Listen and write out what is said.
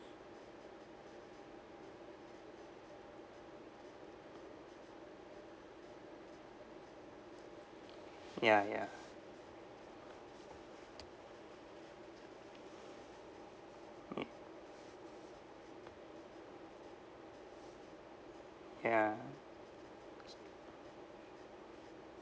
ya ya mm ya